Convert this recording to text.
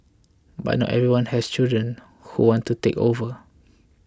but not everyone has children who want to take over